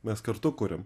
mes kartu kuriam